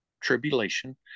tribulation